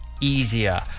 easier